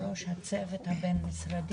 ראשית,